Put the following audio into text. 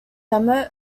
demo